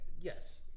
yes